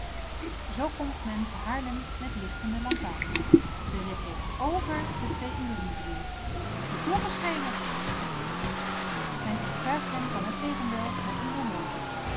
zoo komt men te haarlem met lichtende lantaarns de rit heeft over de twee uren geduurd de klokken schelen zegt gerrit men overtuigt hem van het tegendeel met een horloge